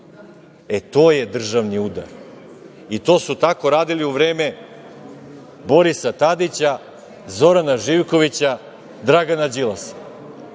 E, to je državni udar i to su tako radili u vreme Borisa Tadića, Zorana Živkovića. Dragana Đilasa. Sad